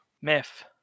Myth